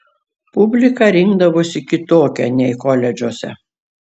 publika rinkdavosi kitokia nei koledžuose